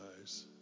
eyes